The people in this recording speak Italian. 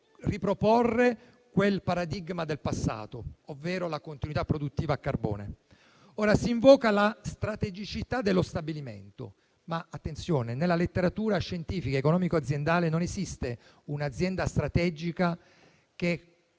riproporre quel paradigma del passato, ovvero la continuità produttiva a carbone. Si invoca la strategicità dello stabilimento, ma - attenzione - nella letteratura scientifica economico-aziendale non esiste un'azienda strategica che